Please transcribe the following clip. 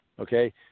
Okay